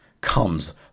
comes